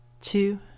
two